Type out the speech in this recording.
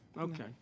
Okay